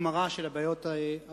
החמרה של הבעיות הקיימות.